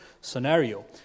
scenario